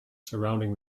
surrounding